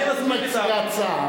להצעה.